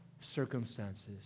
circumstances